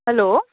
hello